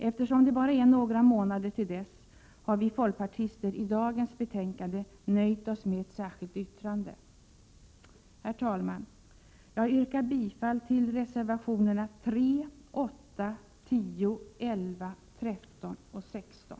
Eftersom det bara är några månader till dess har vi folkpartister i dagens betänkande nöjt oss med ett särskilt yttrande. Herr talman! Jag yrkar bifall till reservationerna 3, 8, 10, 11, 13 och 16.